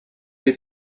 est